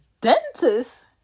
dentist